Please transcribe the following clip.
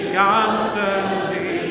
constantly